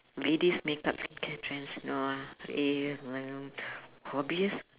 ladies makeup skincare trends no ah eh no hobbies